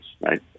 right